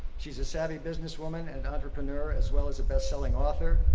she's a savvy businesswoman and entrepreneur, as well as a best-selling author,